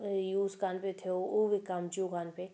use कोन्ह पियो थियो हू विकामजियूं कोन्ह पई